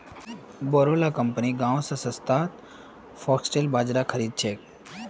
बोरो ला कंपनि गांव स सस्तात फॉक्सटेल बाजरा खरीद छेक